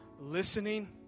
listening